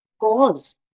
cause